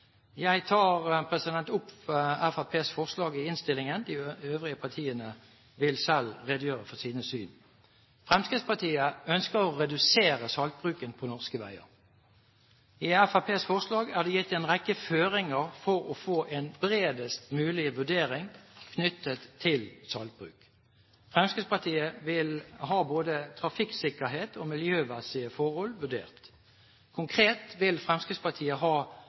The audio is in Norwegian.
Jeg tar opp Fremskrittspartiets forslag i innstillingen. De øvrige partiene vil selv redegjøre for sitt syn. Fremskrittspartiet ønsker å redusere saltbruken på norske veier. I Fremskrittspartiets forslag er det gitt en rekke føringer for å få en bredest mulig vurdering knyttet til saltbruk. Fremskrittspartiet vil ha både trafikksikkerhet og miljømessige forhold vurdert. Konkret vil Fremskrittspartiet ha